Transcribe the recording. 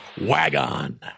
WagOn